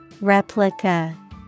Replica